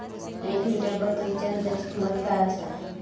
एक लिटर बकरीच्या दुधाची किंमत काय आसा?